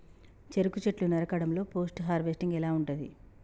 చెరుకు చెట్లు నరకడం లో పోస్ట్ హార్వెస్టింగ్ ఎలా ఉంటది?